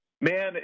Man